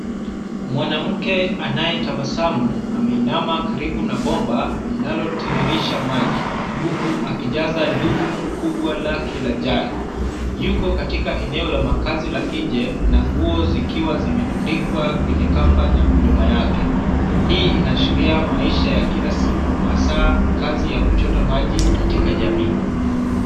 Mwanamke anayetabasamu ameinama karibu na bomba linalotiririsha maji, huku akijaza dumu kubwa lake la njano. Yuko katika eneo la makaazi la nje na nguo zikiwa zimetundikwa kwenye kamba nyuma yake. Hii inaashiria maisha ya kila siku hasa kazi ya kuchota maji katika jamii.